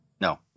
No